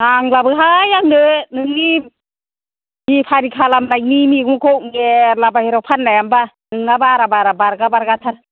नांलाबोहाय आंनो नोंनि बेफारि खालामनायनि मैगंखौ मेरला बाहेरायाव फान्नायाबा नोंना बारा बारा बारगा बारगा थार